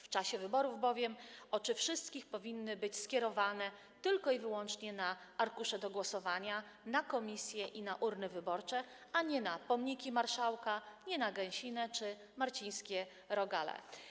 W czasie wyborów bowiem oczy wszystkich powinny być skierowane tylko i wyłącznie na arkusze do głosowania, na komisje i na urny wyborcze, a nie na pomniki marszałka, nie na gęsinę czy marcińskie rogale.